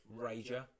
rager